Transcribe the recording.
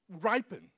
ripen